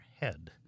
head